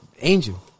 angel